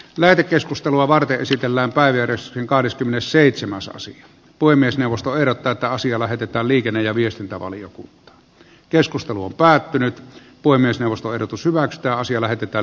lähetekeskustelua varten esitellään päivi rissanen kahdeskymmenesseitsemäs osin puhemiesneuvosto ehdottaa että asia lähetetään liikenne ja viestintävaliokunta keskustelu päättynyt puhemiesneuvosto ehdotus hyväksytä asia lähetetään